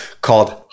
called